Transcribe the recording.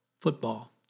football